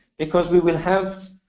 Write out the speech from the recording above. because we will have